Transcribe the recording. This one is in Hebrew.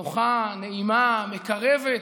נוחה, נעימה, מקרבת,